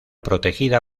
protegida